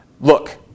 Look